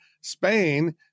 Spain